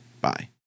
Bye